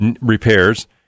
repairs